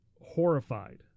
horrified